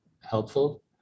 helpful